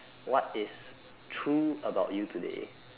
what is true about you today